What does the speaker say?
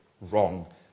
wrong